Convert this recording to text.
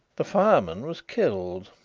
the fireman was killed.